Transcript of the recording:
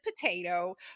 potato